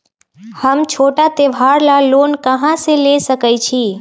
हम छोटा त्योहार ला लोन कहां से ले सकई छी?